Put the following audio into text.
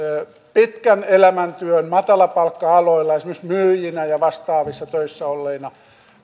pitkän elämäntyön matalapalkka aloilla esimerkiksi myyjinä ja vastaavissa töissä olleina